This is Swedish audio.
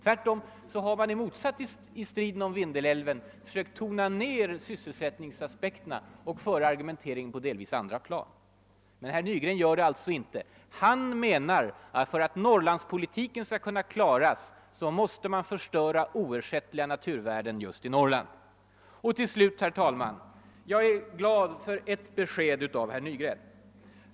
Tvärtom har man — i motsats till vad fallet var i striden om Vindelälven — tonat ner sysselsättningsaspekterna och för nu argumenteringen på andra plan. Men det gör inte herr Nygren. Han menar att om Norrlandspolitiken skall kunna klaras måste vi förstöra oersättliga naturvärden i Norrland. Till slut är jag ändå glad för ett besked av herr Nygren.